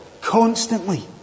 Constantly